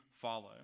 follow